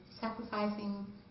sacrificing